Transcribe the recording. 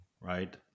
Right